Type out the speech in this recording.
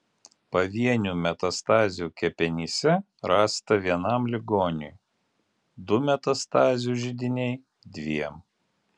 pavienių metastazių kepenyse rasta vienam ligoniui du metastazių židiniai dviem